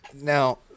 Now